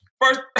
first